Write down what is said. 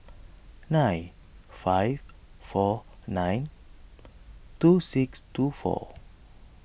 nine five four nine two six two four